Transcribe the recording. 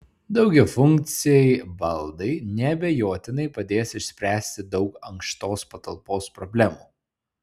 daugiafunkciai baldai neabejotinai padės išspręsti daug ankštos patalpos problemų